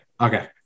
Okay